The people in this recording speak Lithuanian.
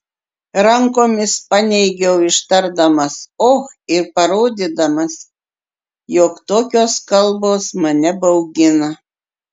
rankomis paneigiau ištardamas och ir parodydamas jog tokios kalbos mane baugina